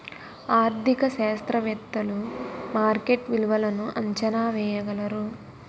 ఆర్థిక శాస్త్రవేత్తలు మార్కెట్ విలువలను అంచనా వేయగలరు